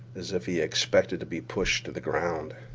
as if he expected to be pushed to the ground.